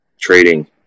trading